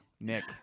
Nick